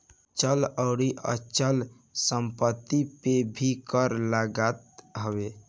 चल अउरी अचल संपत्ति पे भी कर लागत हवे